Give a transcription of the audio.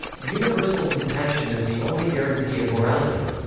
universal compassion is the only guarantee of morality.